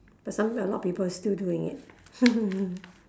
but sometime a lot of people is still doing it